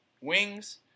Wings